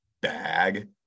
bag